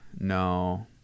no